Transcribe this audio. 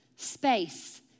space